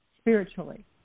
spiritually